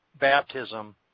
baptism